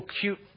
cute